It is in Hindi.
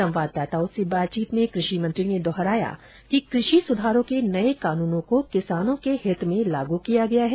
संवाददाताओं से बातचीत में कृषि मंत्री ने दोहराया कि कृषि सुधारों के नए कानूनों को किसानों के हित में लागू किया गया है